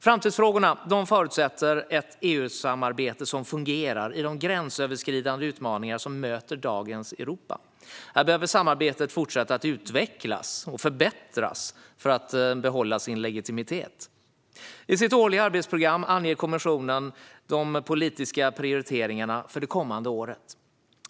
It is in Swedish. Framtidsfrågorna förutsätter ett EU-samarbete som fungerar i de gränsöverskridande utmaningar som möter dagens Europa. Här behöver samarbetet fortsätta att utvecklas och förbättras för att behålla sin legitimitet. I sitt årliga arbetsprogram anger kommissionen de politiska prioriteringarna för det kommande året.